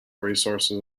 resources